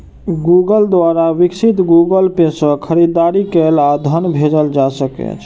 Google द्वारा विकसित Google Pay सं खरीदारी कैल आ धन भेजल जा सकै छै